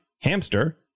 Hamster